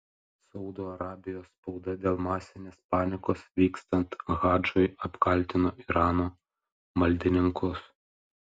saudo arabijos spauda dėl masinės panikos vykstant hadžui apkaltino irano maldininkus